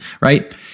right